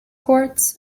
courts